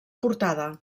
portada